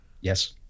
Yes